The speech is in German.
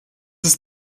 ist